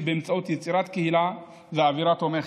באמצעות יצירת קהילה ואווירה תומכת.